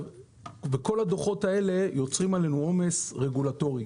כל הדוחות האלה יוצרים עלינו עומס רגולטורי.